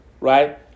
right